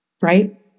Right